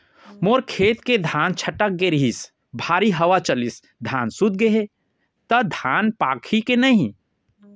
मोर खेत के धान छटक गे रहीस, भारी हवा चलिस, धान सूत गे हे, त धान पाकही के नहीं?